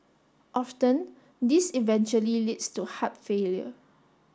often this eventually leads to heart failure